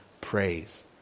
praise